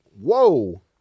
whoa